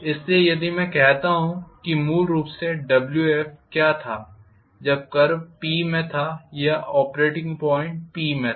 इसलिए यदि मैं देखता हूं कि मूल रूप से Wf क्या था जब कर्व Pमें था या ऑपरेटिंग पॉइंट P में था